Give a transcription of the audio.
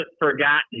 forgotten